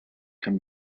can